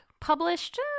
Published